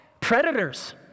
predators